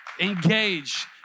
engage